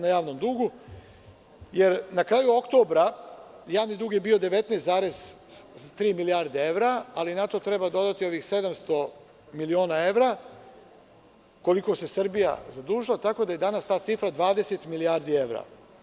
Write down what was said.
Jer, na kraju oktobra, javni dug je bio 19,3 milijardi evra, ali na to treba dodati ovih 700 miliona evra koliko se Srbija zadužila, tako da je danas ta cifra 20 milijardi evra.